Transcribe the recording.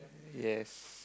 yes